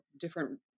different